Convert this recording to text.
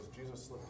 Jesus